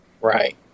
Right